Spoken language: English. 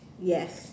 yes